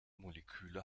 moleküle